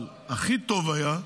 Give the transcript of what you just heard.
אבל הכי טוב היה,